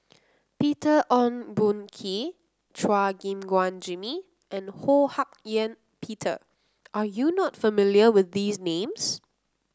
Peter Ong Boon Kwee Chua Gim Guan Jimmy and Ho Hak Ean Peter are you not familiar with these names